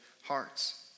hearts